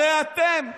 הרי אתם מפנים,